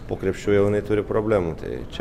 po krepšiu jau jinai turi problemų tai čia